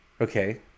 Okay